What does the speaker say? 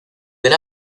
del